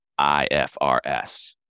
IFRS